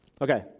Okay